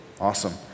awesome